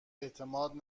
اعتماد